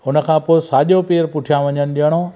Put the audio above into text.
हुन खां पोइ साॼो पेरु पुठियां वञण ॾियणो